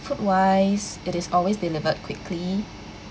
food-wise it is always delivered quickly